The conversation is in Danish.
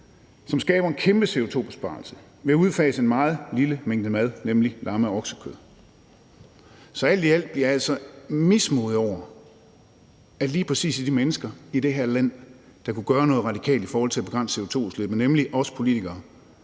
som skaber en kæmpe CO2-besparelse ved at udfase en meget lille mængde mad, nemlig lamme- og oksekød. Så alt i alt bliver jeg altså mismodig over, at lige præcis nogle af de mennesker i det her land, der kunne gøre noget radikalt i forhold til at begrænse CO2-udslippet, nemlig politikerne,